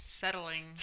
Settling